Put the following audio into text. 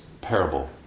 parable